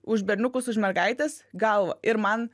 už berniukus už mergaites galvą ir man